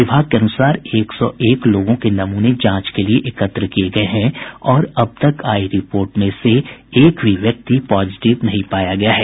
विभाग के अनुसार एक सौ एक लोगों के नमूने जांच के लिए एकत्र किये गये है और अब तक आयी रिपोर्ट में से एक भी व्यक्ति पॉजिटिव नहीं पाया गया है